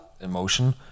emotion